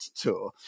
tour